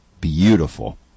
beautiful